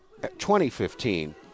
2015